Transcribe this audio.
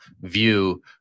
view